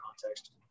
context